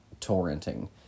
torrenting